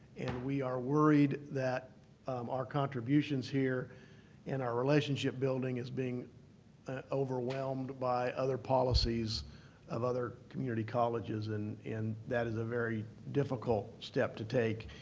and we are worried that our contributions here and our relationship building is being ah overwhelmed by other policies of other community colleges, and that is a very difficult step to take,